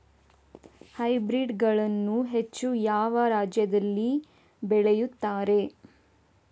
Hybrid ಗಳನ್ನು ಹೆಚ್ಚು ಯಾವ ರಾಜ್ಯದಲ್ಲಿ ಬೆಳೆಯುತ್ತಾರೆ?